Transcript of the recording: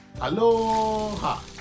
Aloha